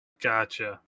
Gotcha